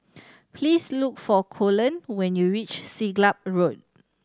please look for Colon when you reach Siglap Road